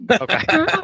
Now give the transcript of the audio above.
Okay